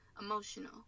emotional